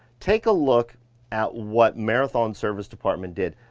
take a look at what marathon service department did.